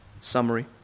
summary